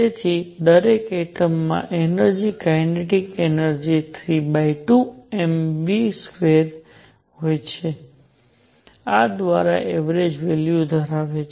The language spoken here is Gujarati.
તેથી દરેક એટમ માં એનર્જિ કાઇનેટિક એનર્જિ 32mv2 હોય છે જે આ દ્વારા એવરેજ વેલ્યુ ધરાવે છે